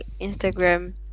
instagram